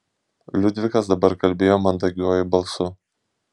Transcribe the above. liudvikas dabar kalbėjo mandagiuoju balsu